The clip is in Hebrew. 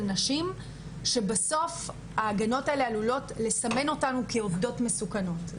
נשים שבסוף ההגנות האלה עלולות לסמן אותנו כעובדות מסוכנות.